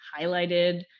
highlighted